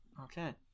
Okay